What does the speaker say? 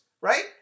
right